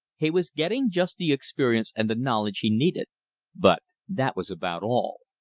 he was getting just the experience and the knowledge he needed but that was about all.